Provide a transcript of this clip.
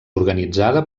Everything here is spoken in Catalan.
organitzada